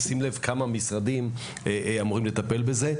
שים לב כמה משרדים אמורים לטפל בזה.